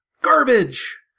Garbage